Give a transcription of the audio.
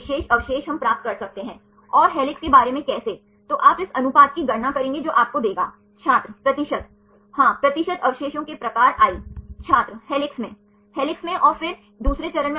इसलिए यदि आप टाइप 1 टर्न्स के बारे में बात करते हैं तो यह मुख्य रूप से बैकबोन के डायहेड्रल कोण पर निर्भर करता है